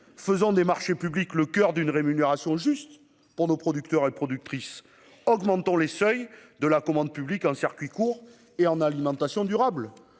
faisons des marchés publics le coeur d'une rémunération juste pour nos producteurs et productrices ; augmentons les seuils de la commande publique en circuits courts et en alimentation durable